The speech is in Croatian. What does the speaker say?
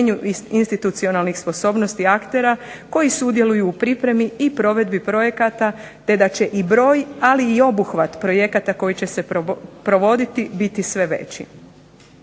institucionalnih sposobnosti aktera, koji sudjeluju u pripremi i provedbi projekata te da će i broj, ali i obuhvat projekata koji će se provoditi biti sve veći.